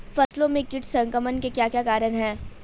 फसलों में कीट संक्रमण के क्या क्या कारण है?